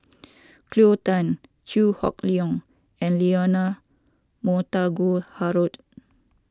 Cleo Thang Chew Hock Leong and Leonard Montague Harrod